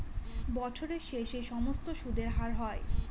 বছরের শেষে সমস্ত সুদের হার হয়